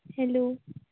hello